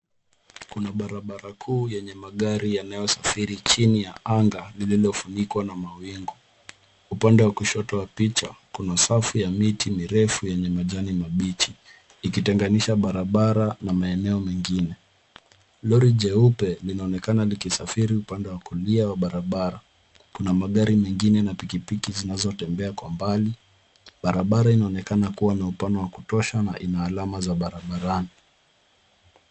Kuna barabara kuu yenye magari yanayosafiri chini ya anga lolilofunikwa na mawingu. Upande wa kushoto wa picha, kuna safu ya miti mirefu yenye majani mabichi, ikitenganisha barabara na maeneo mengine. Lori jeupe linaonekana likisafiri upande wa kulia wa barabara. Kuna magari mengine na pikipiki zinazo tembea kwa mbali. Barabara inaonekana kuwa na upana wa kutosha na ina alama za barabarani.